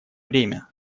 время